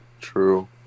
True